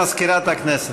חברים, הודעה למזכירת הכנסת.